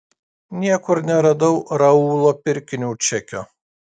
niekur neradau raulo pirkinių čekio